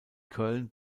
köln